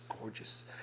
gorgeous